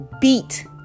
beat